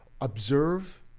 observe